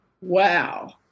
wow